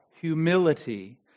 humility